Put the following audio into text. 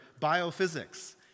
biophysics